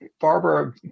Barbara